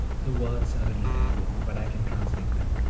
the words are in italian, but i can translate them.